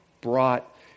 brought